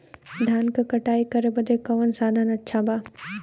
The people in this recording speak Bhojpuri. धान क कटाई करे बदे कवन साधन अच्छा बा?